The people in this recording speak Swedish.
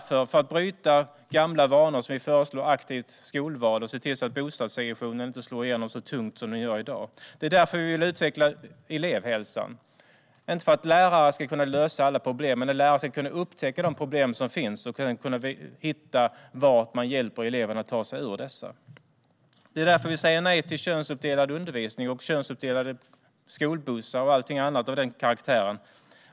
För att bryta gamla vanor föreslår vi aktivt skolval, för att bostadssegregationen inte ska slå igenom så tungt som den gör i dag. Det är därför vi vill utveckla elevhälsan - inte för att lärare ska kunna lösa alla problem, men en lärare ska kunna upptäcka de problem som finns och hitta hur man hjälper eleverna att ta sig ur dessa. Det är därför vi säger nej till könsuppdelad undervisning, könsuppdelade skolbussar och allting annat av den karaktären.